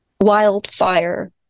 wildfire